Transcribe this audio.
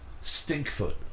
stinkfoot